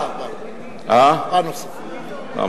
למה?